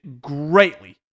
greatly